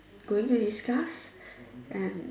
going to discuss and